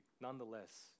nonetheless